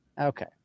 Okay